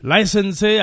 License